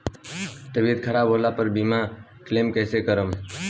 तबियत खराब होला पर बीमा क्लेम कैसे करम?